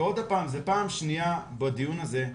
ועוד הפעם, זו פעם שניה בדיון הזה,